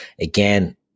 Again